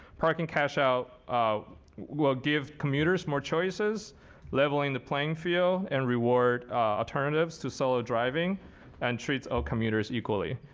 parking cash out will give commuters more choices leveling the playing field and reward alternatives to solo driving and treat all commuters equally.